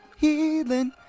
healing